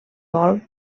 vol